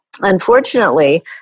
Unfortunately